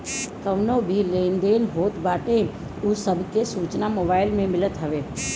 कवनो भी लेन देन होत बाटे उ सब के सूचना मोबाईल में मिलत हवे